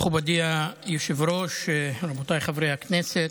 מכובדי היושב-ראש, רבותיי חברי הכנסת,